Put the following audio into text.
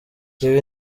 ibi